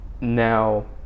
now